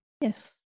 Yes